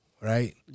right